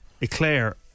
Eclair